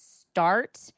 start